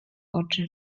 oczy